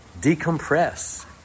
decompress